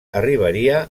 arribaria